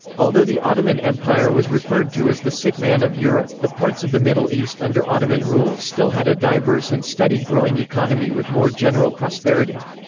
although the ottoman empire was referred to as the sick man of europe, the parts of the middle east under ottoman rule still had a diverse and steady growing economy with more general prosperity.